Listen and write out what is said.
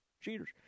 cheaters